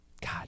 god